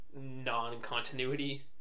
non-continuity